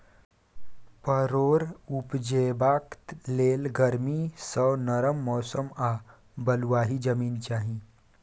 परोर उपजेबाक लेल गरमी सँ नरम मौसम आ बलुआही जमीन चाही